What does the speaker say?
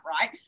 right